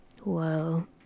Whoa